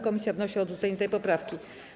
Komisja wnosi o odrzucenie tej poprawki.